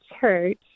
church